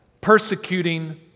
persecuting